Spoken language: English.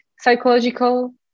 psychological